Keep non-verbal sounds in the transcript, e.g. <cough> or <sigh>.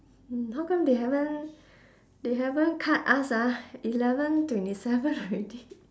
hmm how come they haven't they haven't cut us ah eleven twenty seven already <laughs>